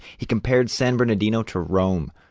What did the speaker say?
he compared san bernardino to rome,